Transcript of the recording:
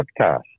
podcast